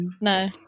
no